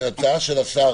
הצעת השר